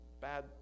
bad